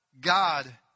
God